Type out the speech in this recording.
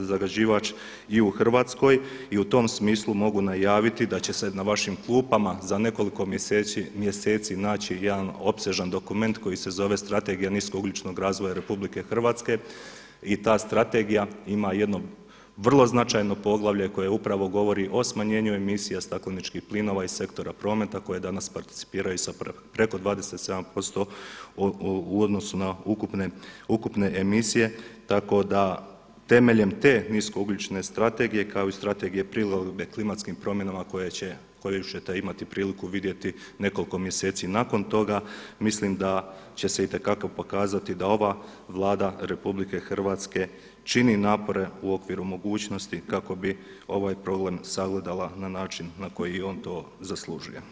zagađivač i u Hrvatskoj i u tom smislu mogu najaviti da će se na vašim klupama za nekoliko mjeseci naći jedan opsežan dokument koji se zove strategija niskougljičnog razvoja RH i ta strategija ima jedno vrlo značajno poglavlje koje upravo govori o smanjenju emisija stakleničkih plinova iz sektora prometa koje danas participiraju sa preko 27% u odnosu na ukupne emisije, tako da temeljem te niskougljične strategije, kao i strategije prilagodbe klimatskim promjenama koju ćete imati prilike vidjeti nekoliko mjeseci nakon toga, mislim da će se itekako pokazati da ova Vlada RH čini napore u okviru mogućnosti kako bi ovaj problem sagledala na način na koji je on to i zaslužuje.